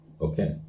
okay